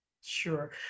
sure